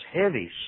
heavy